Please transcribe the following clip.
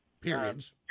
periods